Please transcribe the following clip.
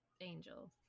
Angel